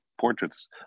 portraits